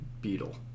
beetle